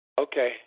Okay